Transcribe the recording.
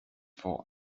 for